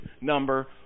number